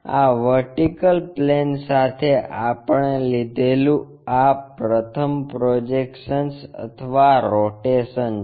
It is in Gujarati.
આ વર્ટિકલ પ્લેન સાથે આપણે લીધેલું આ પ્રથમ પ્રોજેક્શન્સ અથવા રોટેશન છે